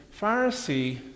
Pharisee